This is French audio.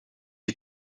est